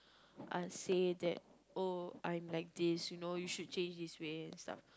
uh say that oh I'm like this you know you should change this way and stuff